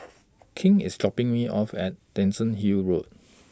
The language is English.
King IS dropping Me off At Dickenson Hill Road